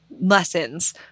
lessons